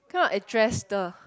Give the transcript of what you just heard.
kind of address the